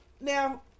now